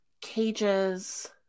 cages